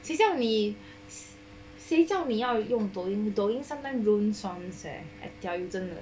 谁叫你抖音抖音 sometimes ruin songs leh I tell you